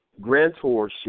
grantorship